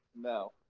No